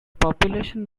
population